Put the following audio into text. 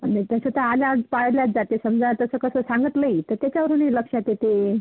नाही तसं तर आल्यावर पाडल्याच जाते समजा तसं कसं सांगितलंही तर त्याच्यावरूनही लक्षात येते